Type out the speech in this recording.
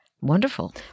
wonderful